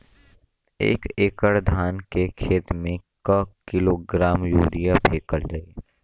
एक एकड़ धान के खेत में क किलोग्राम यूरिया फैकल जाई?